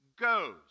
goes